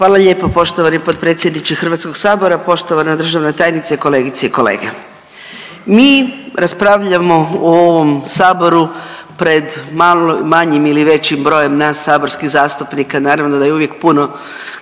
Hvala lijepo poštovani potpredsjedniče Hrvatskog sabora, poštovana državna tajnice, kolegice i kolege. Mi raspravljamo u ovom Saboru pred manjim ili većim brojem nas saborskih zastupnika. Naravno da je uvijek puno